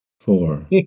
four